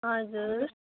हजुर